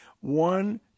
one